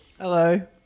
Hello